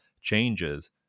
changes